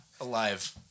alive